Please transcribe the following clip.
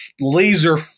laser